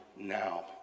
now